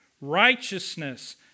righteousness